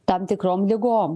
tam tikrom ligom